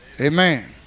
Amen